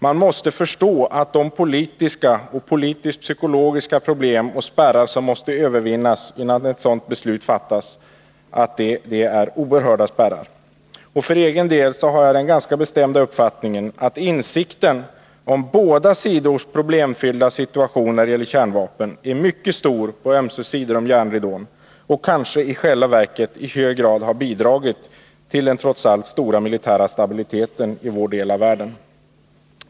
Man måste förstå att de politiska och politisktpsykologiska problem och spärrar som måste övervinnas innan ett sådant beslut fattas är oerhörda. För egen del har jag den ganska bestämda uppfattningen att insikten om båda sidors problemfyllda situation när det gäller kärnvapen är mycket stor på ömse sidor om järnridån och kanske i själva verket i hög grad har bidragit till den trots allt stora militära stabiliteten i vår del av världen.